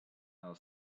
our